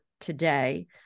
today